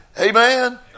Amen